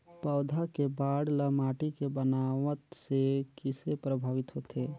पौधा के बाढ़ ल माटी के बनावट से किसे प्रभावित होथे?